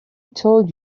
told